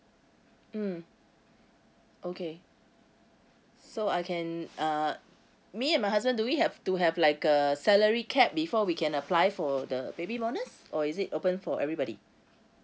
mm okay so I can uh me and my husband do we have to have like a salary cap before we can apply for the baby bonus or is it open for everybody